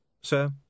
sir